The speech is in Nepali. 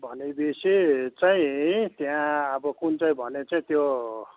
भनेपछि चाहिँ त्यहाँ अब कुन चाहिँ भने चाहिँ त्यो